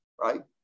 right